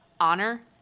honor